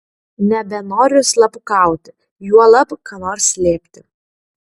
nebenoriu slapukauti juolab ką nors slėpti